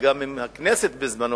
וגם אם הכנסת בזמנה,